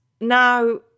now